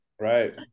Right